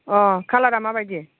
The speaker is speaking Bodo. अ कालारा माबायदि